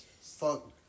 fuck